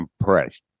impressed